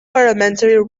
parliamentary